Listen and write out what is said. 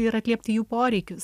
ir atliepti jų poreikius